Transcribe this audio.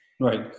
Right